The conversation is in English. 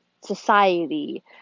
society